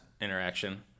interaction